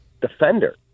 defender